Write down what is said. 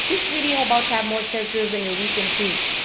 dis video about to have more characters than your recent tweet.